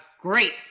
great